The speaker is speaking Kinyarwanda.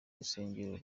rusengero